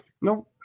No